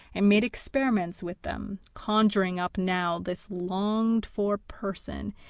and made experiments with them, conjuring up now this longed-for person,